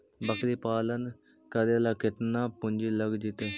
बकरी पालन करे ल केतना पुंजी लग जितै?